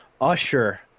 usher